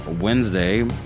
wednesday